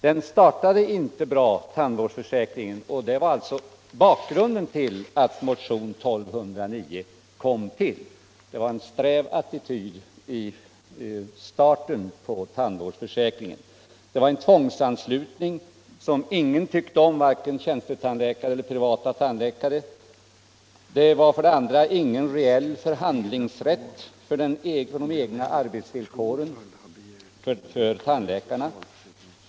Tandvårdsförsäkringen startade inte bra, och det var alltså bakgrunden till att motionen 1209 kom till: det var en sträv attityd vid starten för tandvårdsförsäkringen. Det var för det första en tvångsanslutning som ingen tyckte om — varken tjänstetandläkare eller privata tandläkare. Det var för det andra ingen reell förhandlingsrätt om de egna arbetsvillkoren för tandläkarna.